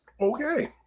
Okay